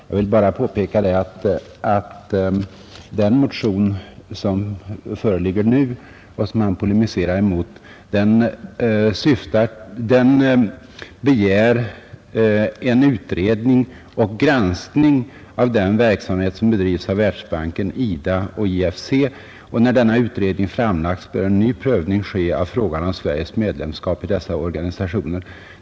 Jag vill bara påpeka att den motion som nu föreligger och som han polemiserade mot begär en utredning och granskning av den verksamhet som bedrivs av Världsbanken, IDA och IFC. När denna utredning har framlagts bör en ny prövning ske av frågan om Sveriges medlemskap i dessa organisationer.